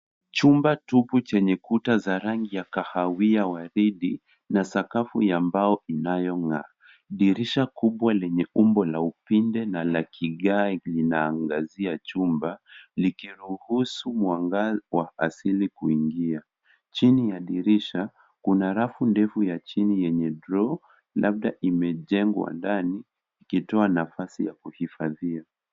Chumba tupu chenye kuta za rangi ya kahawia-waridi na sakafu ya mbao inayong'aa. Dirisha kubwa lenye umbo la upinde na la kigae linaangazia chumba likiruhusu mwanga wa asili kuingia. Chini ya dirisha kuna rafu ndefu ya chini yenye droo, labda imejengwa ndani, ikitoa nafasi ya kuhifadhia.